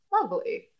Lovely